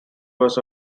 was